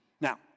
now